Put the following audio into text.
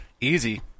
Easy